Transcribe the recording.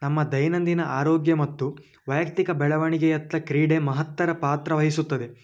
ನಮ್ಮ ದೈನಂದಿನ ಆರೋಗ್ಯ ಮತ್ತು ವೈಯಕ್ತಿಕ ಬೆಳವಣಿಗೆಯತ್ತ ಕ್ರೀಡೆ ಮಹತ್ತರ ಪಾತ್ರವಹಿಸುತ್ತದೆ